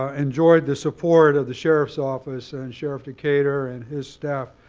ah enjoyed the support of the sheriff's office, and sheriff decatur, and his staff,